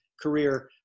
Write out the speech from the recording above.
career